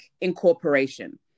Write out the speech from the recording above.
incorporation